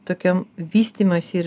tokiam vystymosi ir